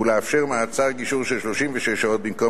ולאפשר מעצר "גישור" של 36 שעות במקום